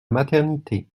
maternité